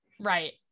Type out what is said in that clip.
Right